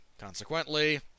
Consequently